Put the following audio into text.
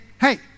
hey